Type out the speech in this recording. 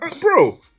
Bro